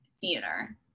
theater